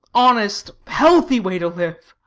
honest, healthy way to live.